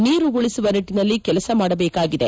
ನೀರು ಉಳಿಸುವ ನಿಟ್ಟನಲ್ಲಿ ಕೆಲಸ ಮಾಡಬೇಕಾಗಿದೆ